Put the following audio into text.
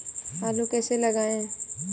आलू कैसे लगाएँ?